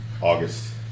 August